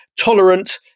tolerant